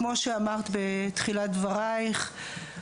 כמו שאמרת בתחילת דברייך,